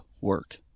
Work